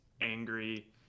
angry